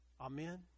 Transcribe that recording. Amen